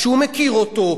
שהוא מכיר אותו,